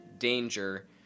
Danger